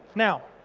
now,